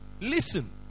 Listen